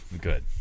Good